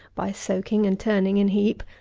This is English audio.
by soaking and turning in heap,